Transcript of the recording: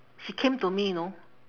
she came to me know